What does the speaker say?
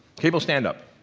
cabel, stand up.